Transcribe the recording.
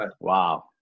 Wow